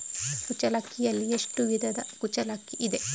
ಕುಚ್ಚಲಕ್ಕಿಯಲ್ಲಿ ಎಷ್ಟು ವಿಧದ ಕುಚ್ಚಲಕ್ಕಿ ಇದೆ?